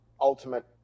ultimate